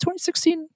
2016